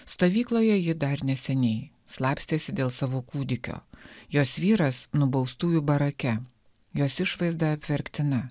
stovykloje ji dar neseniai slapstėsi dėl savo kūdikio jos vyras nubaustųjų barake jos išvaizda apverktina